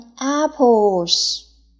apples